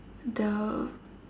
the